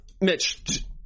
Mitch